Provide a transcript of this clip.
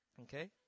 Okay